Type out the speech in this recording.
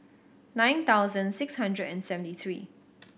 nine thousand six hundred and seventy three